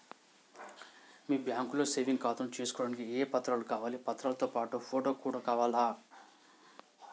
మీ బ్యాంకులో సేవింగ్ ఖాతాను తీసుకోవడానికి ఏ ఏ పత్రాలు కావాలి పత్రాలతో పాటు ఫోటో కూడా కావాలా?